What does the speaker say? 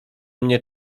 mnie